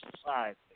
society